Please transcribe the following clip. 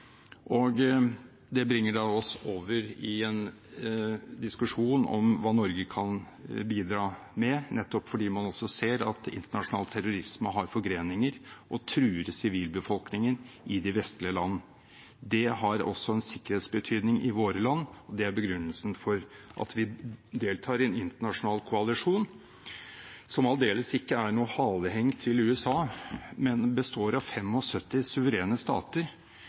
verdenskrig. Det bringer oss over i en diskusjon om hva Norge kan bidra med, nettopp fordi man også ser at internasjonal terrorisme har forgreninger og truer sivilbefolkningen i de vestlige land. Det har også en sikkerhetsbetydning i våre land. Det er begrunnelsen for at vi deltar i en internasjonal koalisjon, som aldeles ikke er noe haleheng til USA, men som består av 75 suverene stater,